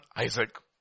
Isaac